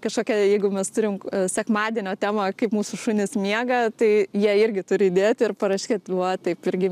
kažkokia jeigu mes turim sekmadienio temą kaip mūsų šunys miega tai jie irgi turi įdėti ir parašyt va taip irgi